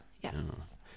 yes